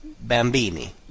bambini